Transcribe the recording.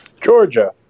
Georgia